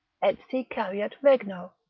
etsi careat regno,